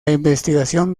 investigación